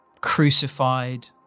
crucified